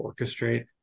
orchestrate